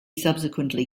subsequently